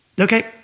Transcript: Okay